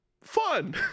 fun